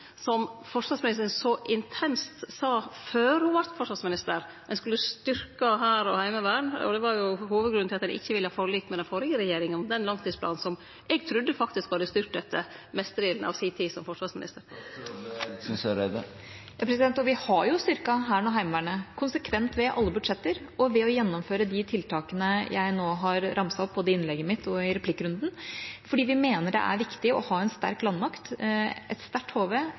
som forsvarsministeren så intenst uttrykte før ho vart forsvarsminister? Ein skulle styrkje hær og heimevern, og det var hovudgrunnen til at ein ikkje ville ha forlik med den førre regjeringa om den langtidsplanen som eg faktisk trudde ho hadde styrt etter mestedelen av si tid som forsvarsminister. Vi har styrket Hæren og Heimevernet konsekvent i alle budsjetter og ved å gjennomføre de tiltakene jeg nå har ramset opp både i innlegget mitt og i replikkrunden, fordi vi mener det er viktig å ha en sterk landmakt, et sterkt